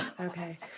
okay